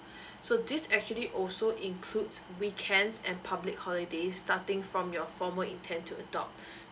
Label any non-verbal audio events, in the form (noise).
(breath) so this actually also includes weekends and public holidays starting from your formal intend to adopt (breath)